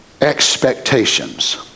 Expectations